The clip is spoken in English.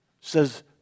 says